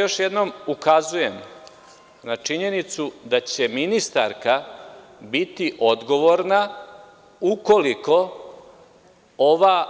Još jednom ukazujem na činjenicu da će ministarka biti odgovorna ukoliko ova